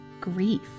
grief